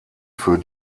für